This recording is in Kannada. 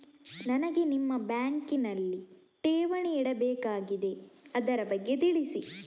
ನನಗೆ ನಿಮ್ಮ ಬ್ಯಾಂಕಿನಲ್ಲಿ ಠೇವಣಿ ಇಡಬೇಕಾಗಿದೆ, ಅದರ ಬಗ್ಗೆ ತಿಳಿಸಿ